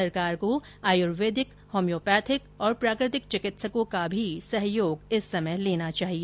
सरकार को आयुर्वेदिक होम्योपैथिक और प्राकृतिक चिकित्सकों का भी सहयोग इस समय लेना चाहिए